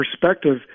perspective